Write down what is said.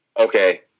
Okay